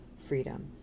freedom